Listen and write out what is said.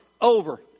over